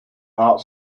heart